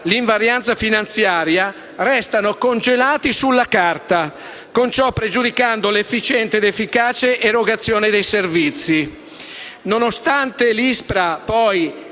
dell'invarianza finanziaria, restano congelati sulla carta, con ciò pregiudicando l'efficiente ed efficace erogazione dei servizi. Nonostante l'ISPRA poi